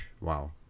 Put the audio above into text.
wow